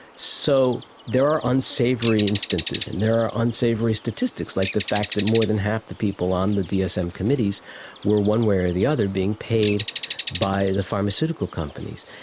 so there are unsavoury instances and there are unsavoury statistics, like the fact that more than half the people on the dsm committees were, one way or the other, being paid by the pharmaceutical companies.